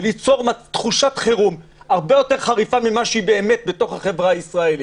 וליצור תחושת חירום הרבה יותר חריפה ממה שהיא באמת בתוך החברה הישראלית.